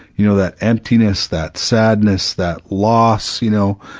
you know, that emptiness, that sadness, that loss, you know,